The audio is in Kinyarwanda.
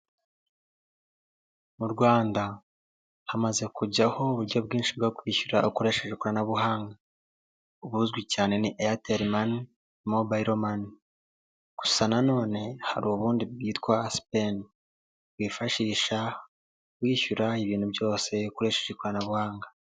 Mu Rwanda hamaze kujyaho uburyo bwinshi bwo kwishyura ukoresheje ikoranabuhanga buzwi cyane ni airtel mani mobile mani gusa nanone hari ubundi bwitwa aspen wifashisha wiwishyura ibintu byose ukoresheje ikoranabuhanga.